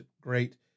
Great